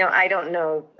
i don't know,